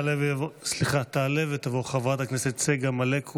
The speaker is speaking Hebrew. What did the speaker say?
ממשלה וכנסת, יש גם רגעים